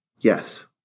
yes